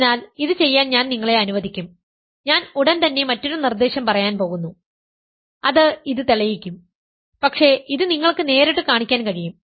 അതിനാൽ ഇത് ചെയ്യാൻ ഞാൻ നിങ്ങളെ അനുവദിക്കും ഞാൻ ഉടൻ തന്നെ മറ്റൊരു നിർദ്ദേശം പറയാൻ പോകുന്നു അത് ഇത് തെളിയിക്കും പക്ഷേ ഇത് നിങ്ങൾക്ക് നേരിട്ട് കാണിക്കാൻ കഴിയും